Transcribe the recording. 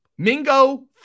Mingo